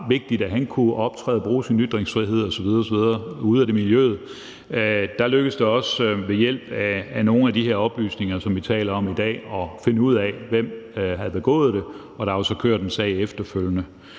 vigtigt, at han kunne optræde og bruge sin ytringsfrihed osv. osv. ude af det miljø. Der lykkedes det også ved hjælp af nogle af de her oplysninger, som vi taler om i dag, at finde ud af, hvem der havde begået det, og der har jo så kørt en sag efterfølgende.